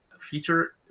feature